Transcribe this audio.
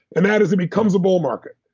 and that is, it becomes a bull market.